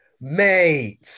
Mate